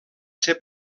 ser